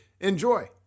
Enjoy